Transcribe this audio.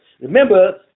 Remember